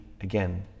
Again